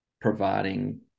providing